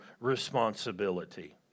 responsibility